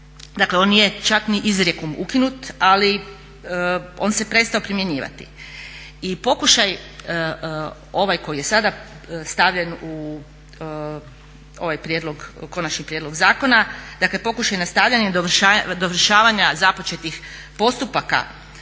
Dakle, on nije čak ni izrijekom ukinut ali on se prestao primjenjivati. I pokušaj ovaj koji je sada stavljen u ovaj konačni prijedlog zakona dakle pokušaj nastavljanja dovršavanja započetih postupaka